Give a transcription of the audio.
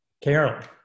Carol